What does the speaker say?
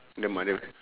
the mother